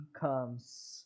comes